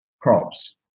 crops